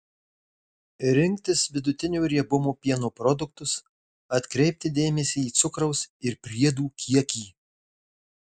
rinktis vidutinio riebumo pieno produktus atkreipti dėmesį į cukraus ir priedų kiekį